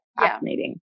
fascinating